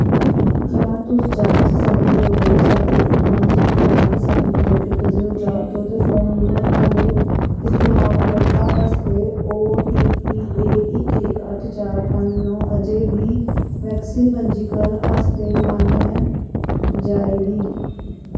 क्या तुस जांची सकदे ओ सत्त इक पंज इक अट्ठ सत्त दो इक जीरो चार दो फोन नंबर आह्ले इस्तेमाल कर्ता आस्तै ओटीपी ऐ इक इक अट्ठ चार पंज नौ अजें बी वैक्सीन पंजीकरण आस्तै मान्य जाएगी